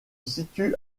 situe